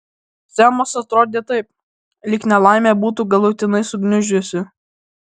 semas atrodė taip lyg nelaimė būtų galutinai sugniuždžiusi